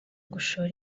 gushora